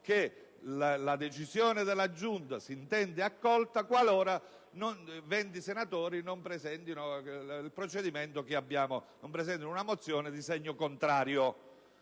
che la decisione della Giunta si intende accolta qualora 20 senatori non presentino una mozione di segno contrario.